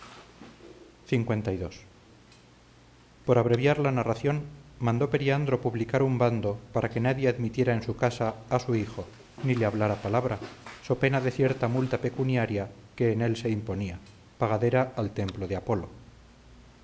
darle acogida lii por abreviar la narración mandó periandro publicar un bando para que nadie admitiera en su casa a su hijo ni le hablara palabra so pena de cierta multa pecuniaria que en él se imponía pagadera al templo de apolo